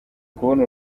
kubona